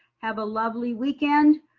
have a lovely weekend.